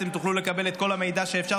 תוכלו לקבל את כל המידע שאפשר,